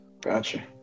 Gotcha